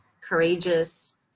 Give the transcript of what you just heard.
courageous